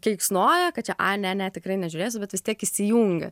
keiksnoja kad čia ai ne ne tikrai nežiūrėsiu bet vis tiek įsijungia